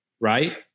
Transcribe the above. right